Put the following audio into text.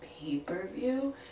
pay-per-view